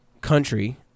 country